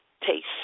taste